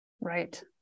Right